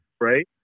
right